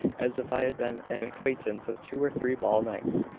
as if i had been an acquaintance of two or three ball-nights.